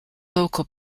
local